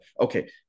Okay